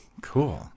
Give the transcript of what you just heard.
Cool